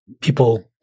people